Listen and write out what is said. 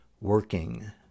working